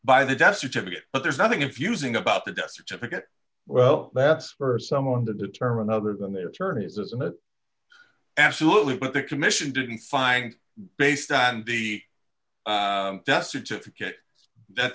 by the death certificate but there's nothing confusing about the death certificate well that's for someone to determine other than their attorneys isn't it absolutely but the commission didn't find based on the